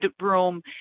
room